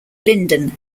lyndon